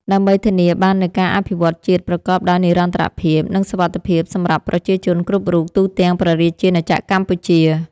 ដើម្បីធានាបាននូវការអភិវឌ្ឍជាតិប្រកបដោយនិរន្តរភាព និងសុវត្ថិភាពសម្រាប់ប្រជាជនគ្រប់រូបទូទាំងព្រះរាជាណាចក្រកម្ពុជា។